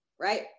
right